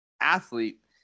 athlete